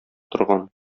торган